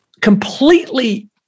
completely